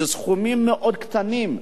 זה סכומים מאוד קטנים.